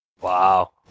Wow